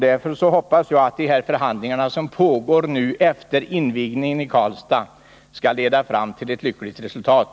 Därför hoppas jag att de pågående förhandlingarna efter invigningen i Karlstad skall leda fram till ett lyckligt resultat.